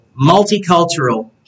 multicultural